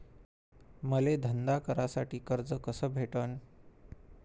मले धंदा करासाठी कर्ज कस भेटन?